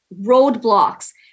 roadblocks